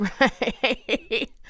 Right